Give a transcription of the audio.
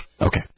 Okay